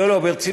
לא, לא, ברצינות.